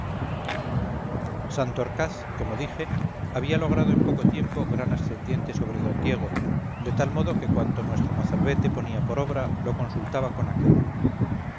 santorcaz como dije había logrado en poco tiempo gran ascendiente sobre d diego de tal modo que cuanto nuestro mozalbete ponía por obra lo consultaba con aquel